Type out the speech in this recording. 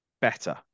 better